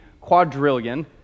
quadrillion